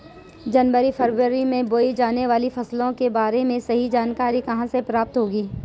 जनवरी फरवरी में बोई जाने वाली फसलों के बारे में सही जानकारी कहाँ से प्राप्त होगी?